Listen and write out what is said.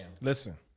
Listen